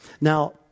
Now